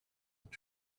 with